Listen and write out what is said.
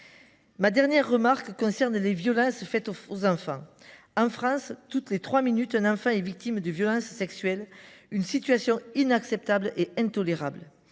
Ma dernière remarque concerne les violences faites aux enfants. En France, toutes les trois minutes, un enfant est victime de violences sexuelles. Cette situation est d’autant plus inacceptable et intolérable